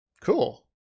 Cool